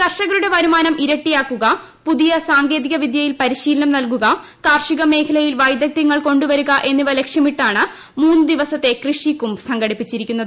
കർഷകരുടെ വരുമാനം ഇരട്ടിയാക്കുക പുതിയ സാങ്കേതിക വിദ്യ പരിശീലനം നൽകുക കാർഷിക മേഖലയിൽ വൈവിധൃങ്ങൾ കൊണ്ടുവരിക എന്നിവ ലക്ഷ്യമിട്ടാണ് മൂന്ന്ദിവസത്തെ കൃഷി കുംഭ് സംഘടിപ്പിച്ചിരിക്കുന്നത്